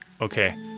okay